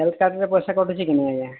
health କାର୍ଡ଼ରେ ପଇସା କଟୁଛି କି ନାଇଁ ଆଜ୍ଞା